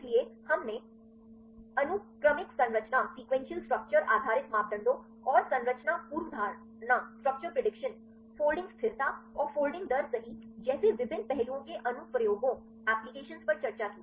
इसलिए हमने अनुक्रमिक संरचना आधारित मापदंडों और संरचना पूर्वधारणा फोल्डिंग स्थिरता और फोल्डिंग दर सही जैसे विभिन्न पहलुओं के अनुप्रयोगों पर चर्चा की